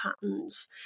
patterns